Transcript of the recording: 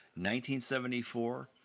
1974